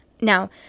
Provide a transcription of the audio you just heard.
Now